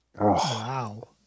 Wow